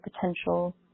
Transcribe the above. potential